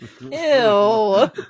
ew